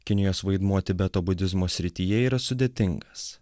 kinijos vaidmuo tibeto budizmo srityje yra sudėtingas